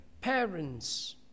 parents